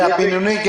לבינוני,